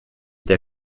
der